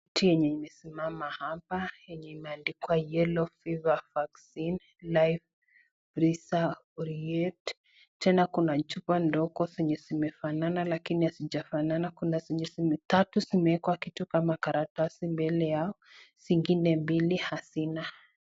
Picha yenye imesimama hapa yenye imeandikea (cs) Yellow fever vaccine live freezer oyate(cs) tena kuna chupa ndogo zenye zimefana lakini hazijafanana, kuna zenye zime tatu zimewekwa kitu kama karatasi mbele yao, zengine mbili hazi